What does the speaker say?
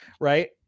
right